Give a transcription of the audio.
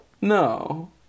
no